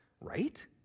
right